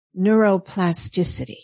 neuroplasticity